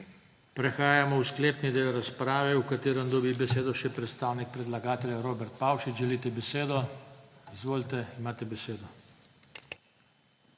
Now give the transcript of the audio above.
Prehajamo v sklepni del razprave, v katerem dobi besedo še predstavnik predlagatelja Robert Pavšič. Želite besedo? (Da.) Izvolite.